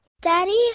Daddy